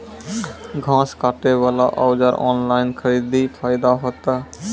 घास काटे बला औजार ऑनलाइन खरीदी फायदा होता?